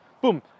Boom